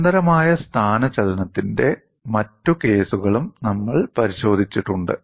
നിരന്തരമായ സ്ഥാനചലനത്തിന്റെ മറ്റ് കേസുകളും നമ്മൾ പരിശോധിച്ചിട്ടുണ്ട്